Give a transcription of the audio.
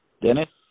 Dennis